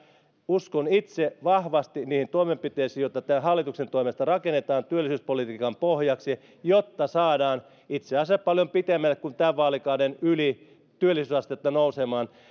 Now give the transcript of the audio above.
uskon itse vahvasti niihin toimenpiteisiin joita tämän hallituksen toimesta rakennetaan työllisyyspolitiikan pohjaksi jotta saadaan itse asiassa paljon pitemmälle kuin tämän vaalikauden yli työllisyysastetta nousemaan